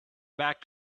back